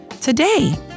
today